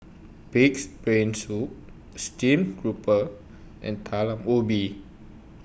Pig'S Brain Soup Steamed Grouper and Talam Ubi